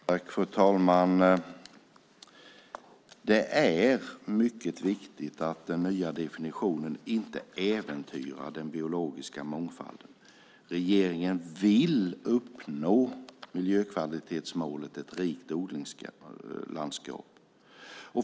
Fru talman! Det är mycket viktigt att den nya definitionen inte äventyrar den biologiska mångfalden. Regeringen vill uppnå miljökvalitetsmålet Ett rikt odlingslandskap.